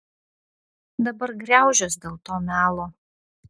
dabar griaužiuos dėl to melo